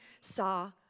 saw